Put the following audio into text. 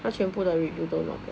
全部的 review 都 not bad